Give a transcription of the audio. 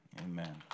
Amen